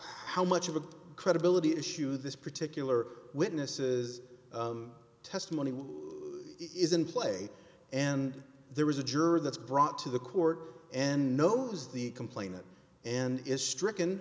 how much of a credibility issue this particular witnesses testimony is in play and there is a juror that's brought to the court and knows the complainant and is stricken